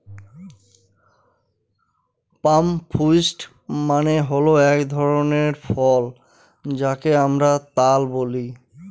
পাম fruit মানে হল এক ধরনের ফল যাকে আমরা তাল বলি